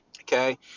okay